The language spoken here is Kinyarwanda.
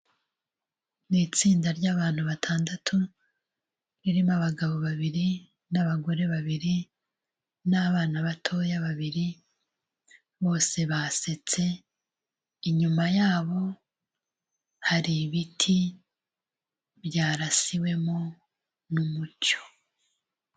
Ni itsinda ry'abantu batandatu ririmo abagabo babiri n'abagore babiri n'abana batoya babiri, bose basetse, inyuma yabo hari ibiti byarasiwemo n'umucyo.